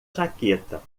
jaqueta